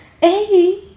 hey